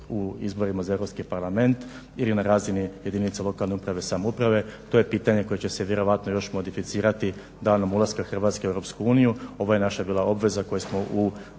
u izborima za EU parlament ili na razini jedinica lokalne uprave i samouprave to je pitanje koje će se vjerojatno još modificirati danom ulaska Hrvatske u EU. Ovo ja naša bila obveza koju smo u